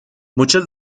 muchas